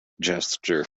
gesture